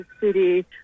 City